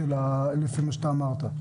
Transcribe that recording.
המרכזית, לפי מה שאמרת.